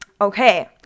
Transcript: okay